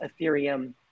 Ethereum